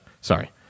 sorry